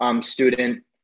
student